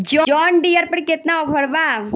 John Deere पर केतना offer बा?